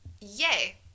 yay